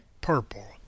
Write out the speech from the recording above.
purple